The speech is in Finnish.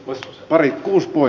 jos pari uskoo